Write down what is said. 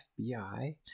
FBI